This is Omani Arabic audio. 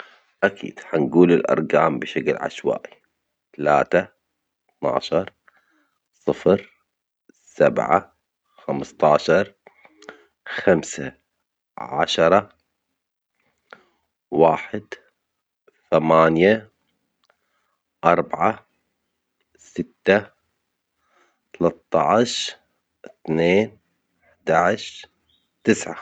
أكيد هنجول الأرجام بشكل عشوائي، تلاتة اتناشر صفر سبعة خمستاشر خمسة عشرة واحد ثمانية أربعة ستة تلتاش إثنين إحداش تسعة.